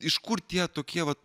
iš kur tie tokie vat